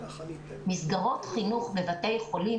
מסגרות חינוך בבתי חולים,